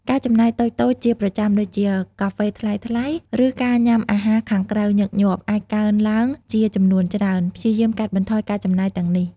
ការចំណាយតូចៗជាប្រចាំដូចជា កាហ្វេថ្លៃៗ រឺការញ៉ាំអាហារខាងក្រៅញឹកញាប់ អាចកើនឡើងជាចំនួនច្រើន។ ព្យាយាមកាត់បន្ថយការចំណាយទាំងនេះ។